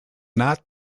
not